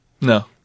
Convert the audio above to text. No